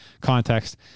context